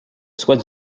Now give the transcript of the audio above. soit